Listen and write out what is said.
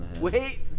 wait